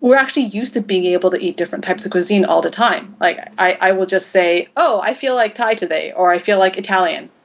we're actually used to be able to eat different types of cuisine all the time. like i i will just say, oh, i feel like thai today or i feel like italian,